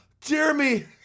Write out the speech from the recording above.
Jeremy